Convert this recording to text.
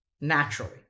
naturally